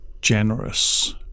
generous